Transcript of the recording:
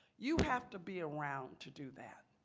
you have to be around to do that.